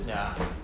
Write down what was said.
ya